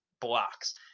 blocks